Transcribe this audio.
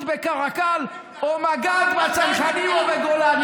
בקרקל או מג"ד בצנחנים או בגולני.